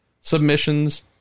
submissions